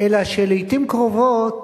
אלא שלעתים קרובות